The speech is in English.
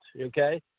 okay